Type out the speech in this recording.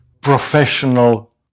professional